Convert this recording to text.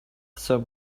some